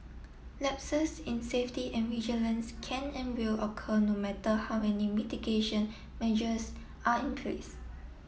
lapses in safety and vigilance can and will occur no matter how many mitigation measures are in place